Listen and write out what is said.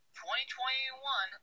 2021